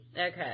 Okay